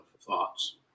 thoughts